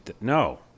No